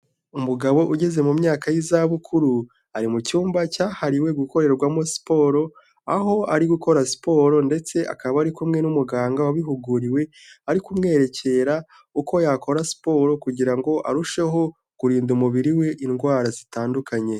Umugabo ugeze mu myaka y'izabukuru. Ari mu cyumba cyahariwe gukorerwamo siporo, aho ari gukora siporo ndetse akaba ari kumwe n'umuganga wabihuguriwe ari kumwerekera uko yakora siporo kugira ngo arusheho kurinda umubiri we indwara zitandukanye.